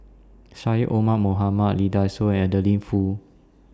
Syed Omar Mohamed Lee Dai Soh and Adeline Foo